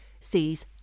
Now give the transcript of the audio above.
sees